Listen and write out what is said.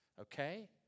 okay